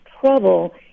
trouble